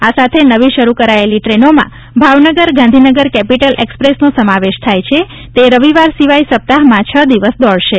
આ સાથે નવી શરૂ કરાયેલી ટ્રેનોમાં ભાવનગર ગાંધીનગર કેપીટલ એક્સપ્રેસનો સમાવેશ થાય છે તે રવિવાર સિવાય સપ્તાહમાં હ દિવસ દોડશે